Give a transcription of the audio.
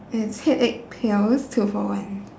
it's headache pills two for one